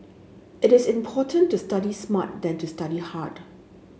it is important to study smart than to study hard